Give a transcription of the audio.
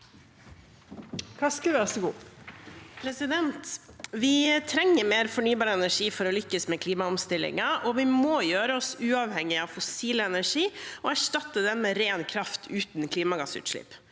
Vi trenger mer fornybar energi for å lykkes med klimaomstillingen, og vi må gjøre oss uavhengige av fossil energi og erstatte den med ren kraft uten klimagassutslipp